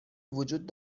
وجود